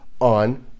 on